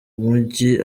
mujyi